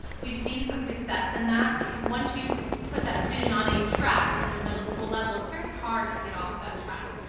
we've seen some success in that because once you put that student on a track at the middle school level, it's very hard to get off that track,